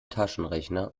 taschenrechner